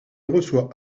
reçoit